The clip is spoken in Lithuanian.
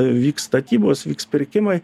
vyks statybos vyks pirkimai